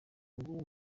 nguwo